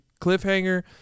cliffhanger